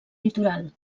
litoral